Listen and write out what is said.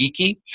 geeky